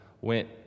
went